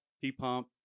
p-pump